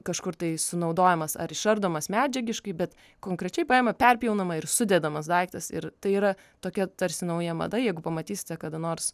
kažkur tai sunaudojamas ar išardomas medžiagiškai bet konkrečiai paima perpjaunama ir sudedamas daiktas ir tai yra tokia tarsi nauja mada jeigu pamatysite kada nors